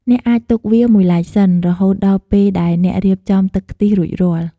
អ្នកអាចទុកវាមួយឡែកសិន រហូតដល់ពេលដែលអ្នករៀបចំទឹកខ្ទិះរួចរាល់។